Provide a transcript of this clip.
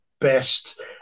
best